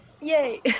Yay